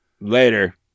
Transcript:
Later